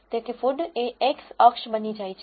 તેથી food એ x અક્ષ બની જાય છે